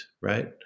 Right